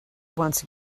once